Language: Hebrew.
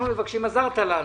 עזרת לנו.